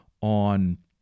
on